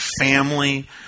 family